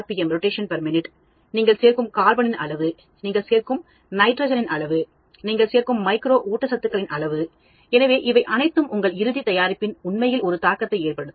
M நீங்கள் சேர்க்கும் கார்பனின் அளவுநீங்கள் சேர்க்கும் நைட்ரஜனின் அளவு நீங்கள் சேர்க்கும் மைக்ரோ ஊட்டச்சத்துக்களின் அளவு எனவே இவை அனைத்தும்உங்கள் இறுதி தயாரிப்பில் உண்மையில் ஒரு தாக்கத்தை ஏற்படுத்தும்